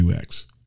UX